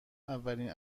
اولین